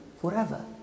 forever